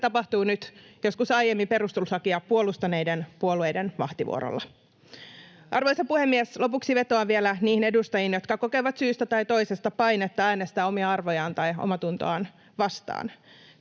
se tapahtuu nyt joskus aiemmin perustuslakia puolustaneiden puolueiden vahtivuorolla. Arvoisa puhemies! Lopuksi vetoan vielä niihin edustajiin, jotka kokevat syystä tai toisesta painetta äänestää omia arvojaan tai omaatuntoaan vastaan.